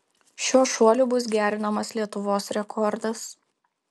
šiuo šuoliu bus gerinamas lietuvos rekordas